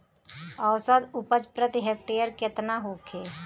औसत उपज प्रति हेक्टेयर केतना होखे?